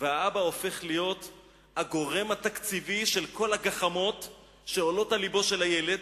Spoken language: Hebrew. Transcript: והאבא הופך להיות הגורם התקציבי של כל הגחמות שעולות על לבו של הילד.